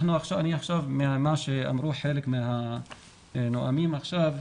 ממה שאמרו חלק מהנואמים עכשיו,